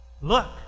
Look